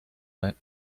night